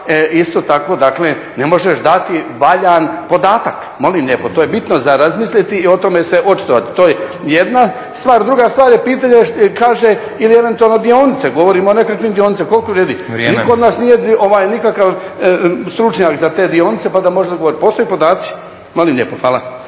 isto tako, dakle, ne možeš dati valjan podatak. Molim lijepo, to je bitno za razmisliti i o tome se očitovati. To je jedna stvar. Druga stvar je pitanje, kaže ili eventualno dionice, govorimo o … dionicama, koliko vrijedi… … /Upadica Stazić: Vrijeme./ …… nitko od nas nije nikakav stručnjak za te dionice pa da može …. Postoje podaci, molim lijepo. Hvala.